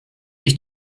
ich